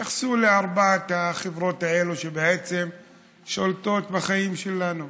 התייחסו לארבע החברות האלה שבעצם שולטות בחיים שלנו